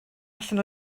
allan